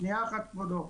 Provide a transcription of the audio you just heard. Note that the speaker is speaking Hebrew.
שנייה אחת, כבודו.